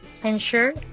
ensure